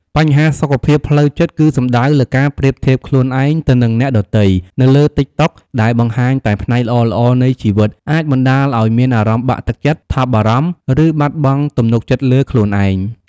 បញ្ហាសុខភាពផ្លូវចិត្ត គឺសំដៅលើការប្រៀបធៀបខ្លួនឯងទៅនឹងអ្នកដ៏ទៃនៅលើតិកតុកដែលបង្ហាញតែផ្នែកល្អៗនៃជីវិត អាចបណ្ដាលឱ្យមានអារម្មណ៍បាក់ទឹកចិត្ត ថប់បារម្ភ ឬបាត់បង់ទំនុកចិត្តលើខ្លួនឯង។